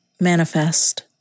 manifest